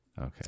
Okay